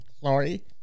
Sorry